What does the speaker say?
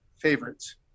favorites